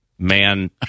Man